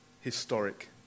historic